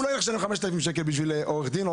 הוא לא ישלם כמה אלפי שקלים לעורך דין.